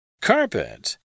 Carpet